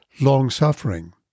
long-suffering